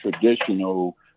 traditional